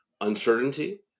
uncertainty